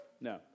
No